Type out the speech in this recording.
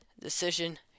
decision